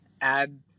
add